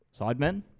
Sidemen